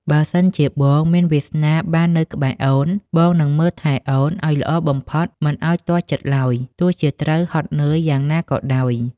បើសិនជាបងមានវាសនាបាននៅក្បែរអូន បងនឹងមើលថែអូនឱ្យល្អបំផុតមិនឱ្យទាស់ចិត្តឡើយ ទោះជាត្រូវហត់នឿយយ៉ាងណាក៏ដោយ។